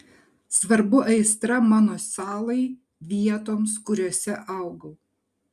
svarbu aistra mano salai vietoms kuriose augau